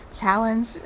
challenge